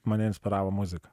mane inspiravo muzika